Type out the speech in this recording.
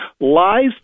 lies